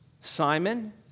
Simon